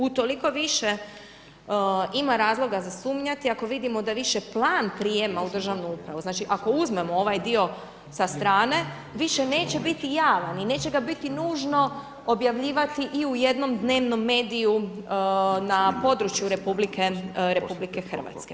Utoliko više ima razloga za sumnjati, ako vidimo da više plan prijema u državnu upravu, znači ako uzmemo u ovaj dio sa strane, više neće biti javan i neće ga biti nužno objavljivati i u jednom dnevnom mediju na području RH.